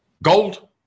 Gold